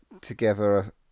together